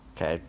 Okay